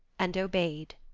and obeyed.